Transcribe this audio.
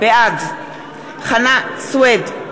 בעד חנא סוייד,